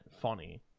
funny